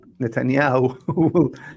Netanyahu